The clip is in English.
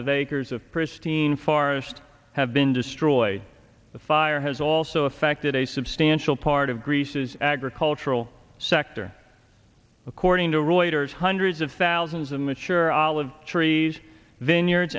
of acres of pristine forest have been destroyed the fire has also affected a substantial part of greece's agricultural sector according to reuters hundreds of thousands of mature olive trees vineyards